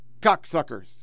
cocksuckers